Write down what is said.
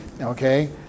Okay